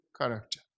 character